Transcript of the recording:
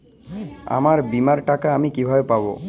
আমার বীমার টাকা আমি কিভাবে পাবো?